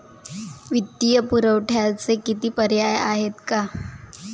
वित्तीय पुरवठ्याचे किती पर्याय आहेत का?